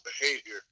behavior